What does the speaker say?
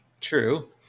True